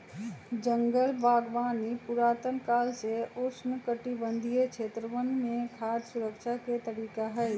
जंगल बागवानी पुरातन काल से उष्णकटिबंधीय क्षेत्रवन में खाद्य सुरक्षा के तरीका हई